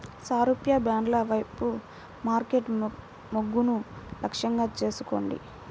సారూప్య బ్రాండ్ల వైపు మార్కెట్ మొగ్గును లక్ష్యంగా చేసుకోండి